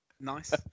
Nice